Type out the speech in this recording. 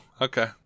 okay